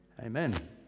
amen